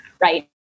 right